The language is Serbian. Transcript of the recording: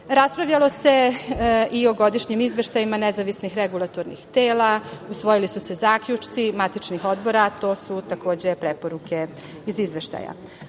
stvar. Raspravljalo se i o godišnjem izveštajima nezavisnih regulatornih tela, usvojili su se zaključci matičnih odbora, a to su takođe preporuke iz izveštaja. Što